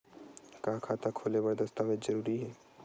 का खाता खोले बर दस्तावेज जरूरी हे?